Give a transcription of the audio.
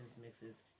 Mixes